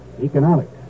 economics